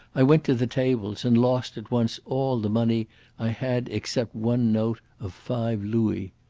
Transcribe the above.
i went to the tables and lost at once all the money i had except one note of five louis.